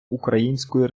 української